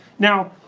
now,